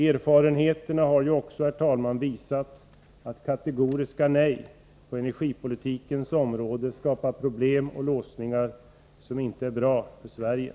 Erfarenheterna har ju också visat att kategoriska nej på energipolitikens område skapar problem och låsningar, som inte är bra för Sverige.